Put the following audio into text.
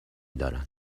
دارن